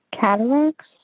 cataracts